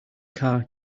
car